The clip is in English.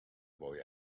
boy